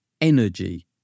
energy